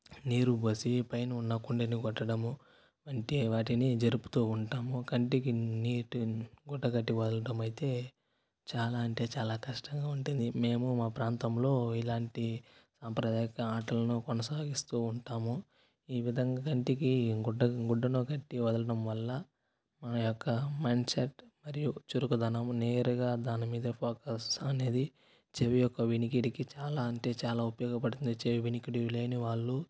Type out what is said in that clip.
నీరు పోసి పైన ఉన్న కుండని కొట్టడం వంటి వాటిని జరుపుతు ఉంటాము కంటికి నీటి గుడ్డ కట్టి వదలడం అయితే చాలా అంటే చాలా కష్టంగా ఉంటుంది మేము మా ప్రాంతంలో ఇలాంటి సాంప్రదాయ ఆటలను కొనసాగిస్తు ఉంటాము ఈ విధంగా కంటికి గుడ్డ గుడ్డను కట్టి వదలడం వలన మా యొక్క మైండ్ సెట్ మరియు చురుకుదనం నేరుగా దాని మీద ఫోకస్ అనేది చెవి యొక్క వినికిడికి చాలా అంటే చాలా ఉపయోగపడుతుంది చెవి వినికిడి లేని వాళ్ళు